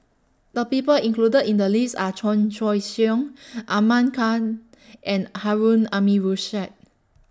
The People included in The list Are Chan Choy Siong Ahmad Khan and Harun Aminurrashid